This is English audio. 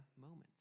moments